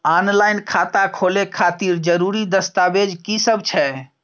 Online खाता खोले खातिर जरुरी दस्तावेज की सब छै?